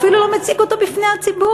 הוא אפילו לא מציג אותו בפני הציבור,